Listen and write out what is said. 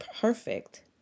perfect